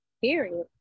Period